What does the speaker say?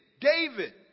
David